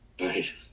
Right